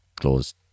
Clause